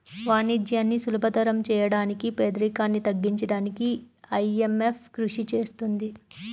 వాణిజ్యాన్ని సులభతరం చేయడానికి పేదరికాన్ని తగ్గించడానికీ ఐఎంఎఫ్ కృషి చేస్తుంది